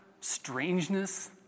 strangeness